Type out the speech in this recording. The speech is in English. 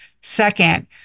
second